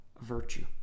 virtue